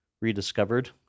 rediscovered